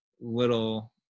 little